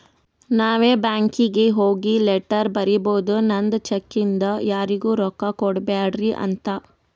ನಾವೇ ಬ್ಯಾಂಕೀಗಿ ಹೋಗಿ ಲೆಟರ್ ಬರಿಬೋದು ನಂದ್ ಚೆಕ್ ಇಂದ ಯಾರಿಗೂ ರೊಕ್ಕಾ ಕೊಡ್ಬ್ಯಾಡ್ರಿ ಅಂತ